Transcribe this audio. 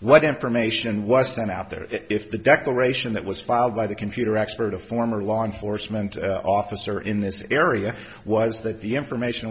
what information was sent out there if the declaration that was filed by the computer expert a former law enforcement officer in this area was that the information